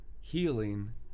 healing